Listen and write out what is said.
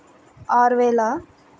ఆరువేలు